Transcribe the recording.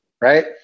right